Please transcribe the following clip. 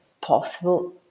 possible